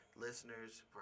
listeners